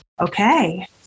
Okay